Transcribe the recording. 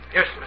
Yes